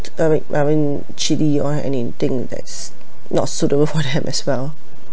I mean I mean chili you all have anything that's not suitable for them as well